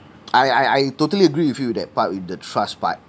I I I totally agree with you that part with the trust part